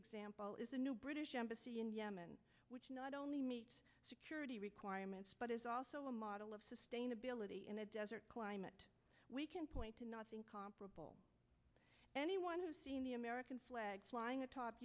example is the new british embassy in yemen which not only meets security requirements but is also a model of sustainability in a desert climate we can point to nothing comparable any one of the american flag flying a top